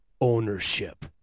ownership